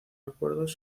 acuerdos